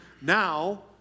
now